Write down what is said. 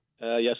Yes